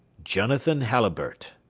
jonathan halliburtt.